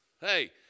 hey